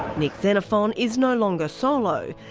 nick xenophon is no longer solo.